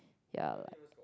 yeah lah